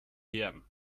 hirn